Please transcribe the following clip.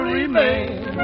remain